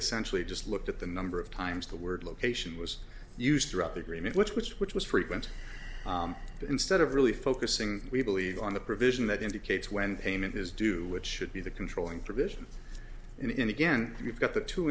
essentially just looked at the number of times the word location was used throughout the agreement which was which was frequent but instead of really focusing we believe on the provision that indicates when payment is due what should be the controlling provision in again you've got the two